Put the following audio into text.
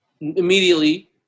immediately